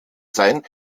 sein